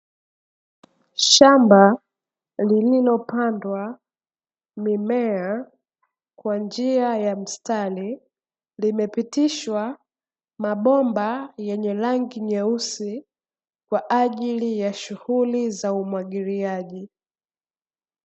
Shamba lililopandwa mimea kwa njia ya mstari, limepitishwa mabomba yenye rangi nyeusi, kwa ajili ya shughuli za umwagiliaji.